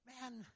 Man